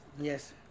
Yes